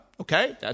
Okay